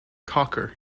cocker